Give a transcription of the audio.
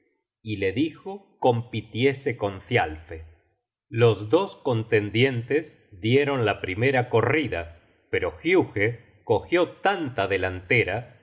y le dijo compitiese con thialfe los dos contendientes dieron la primera corrida pero huge cogió tanta delantera